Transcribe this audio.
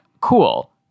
cool